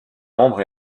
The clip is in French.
nombre